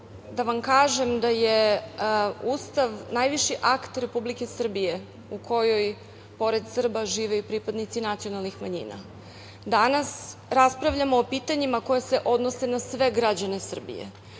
da vam kažem da je Ustav najviši akt Republike Srbije, u kojoj pored Srba žive i pripadnici nacionalnih manjina. Danas raspravljamo o pitanjima koja se odnose na sve građane Srbije.